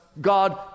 God